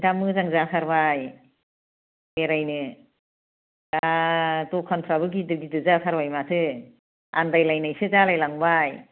दा मोजां जाथारबाय बेरायनो दा दखानफ्राबो गिदिर गिदिर जाथारबाय माथो आन्दायलायनायसो जालायलांबाय